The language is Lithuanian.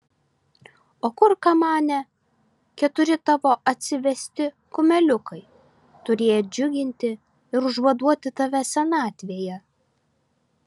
o kur kamane keturi tavo atsivesti kumeliukai turėję džiuginti ir užvaduoti tave senatvėje